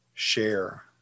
share